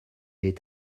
est